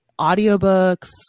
audiobooks